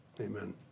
Amen